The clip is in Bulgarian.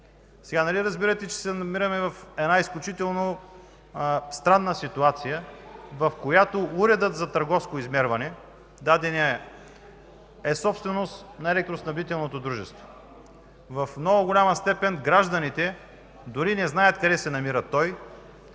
Нали разбирате, че се намираме в една изключително странна ситуация, в която даденият уред за търговско измерване е собственост на електроснабдителното дружество? В много голяма степен гражданите дори не знаят къде се намира той